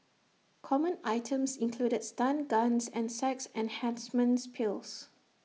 common items included stun guns and sex enhancement pills